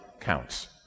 counts